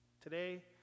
Today